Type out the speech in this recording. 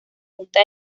junta